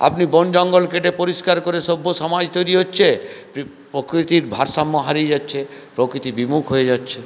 আপনি বন জঙ্গল কেটে পরিস্কার করে সভ্য সমাজ তৈরি হচ্ছে প্রকৃতির ভারসাম্য হারিয়ে যাচ্ছে প্রকৃতি বিমুখ হয়ে যাচ্ছে